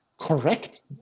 correct